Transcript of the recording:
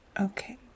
Okay